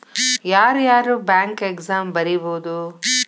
ಯಾರ್ಯಾರ್ bank exam ಬರಿಬೋದು